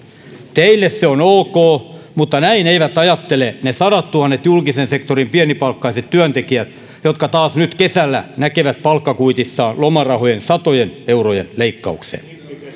teille se on ok mutta näin eivät ajattele ne sadattuhannet julkisen sektorin pienipalkkaiset työntekijät jotka taas nyt kesällä näkevät palkkakuitissaan lomarahojen satojen eurojen leikkauksen